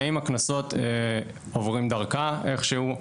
האם הקנסות עוברים דרכה איך שהוא?